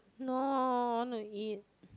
no I want to eat